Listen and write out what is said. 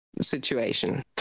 situation